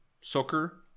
soccer